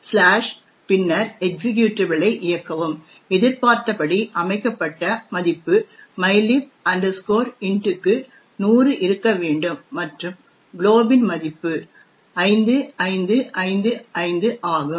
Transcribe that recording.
பின்னர் எக்சிக்யூடபிள் ஐ இயக்கவும் எதிர்பார்த்தபடி அமைக்கப்பட்ட மதிப்பு mylib int க்கு 100 இருக்க வேண்டும் மற்றும் glob இன் மதிப்பு 5555 ஆகும்